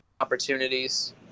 opportunities